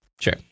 Sure